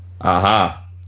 Aha